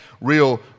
real